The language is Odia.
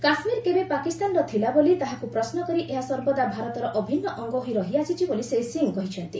କାଶ୍କୀର କେବେ ପାକିସ୍ତାନର ଥିଲା ବୋଲି ତାହାକୁ ପ୍ରଶ୍ନ କରି ଏହା ସର୍ବଦା ଭାରତର ଅଭିନ୍ନ ଅଙ୍ଗ ହୋଇ ରହିଆସିଛି ବୋଲି ଶ୍ରୀ ସିଂହ କହିଛନ୍ତି